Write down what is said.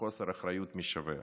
בחוסר אחריות משווע,